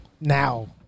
now